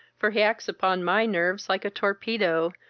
for he acts upon my nerves like a torpedo,